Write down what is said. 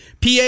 PA